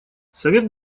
совет